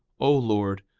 o lord,